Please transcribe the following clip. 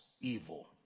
evil